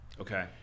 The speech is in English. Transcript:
Okay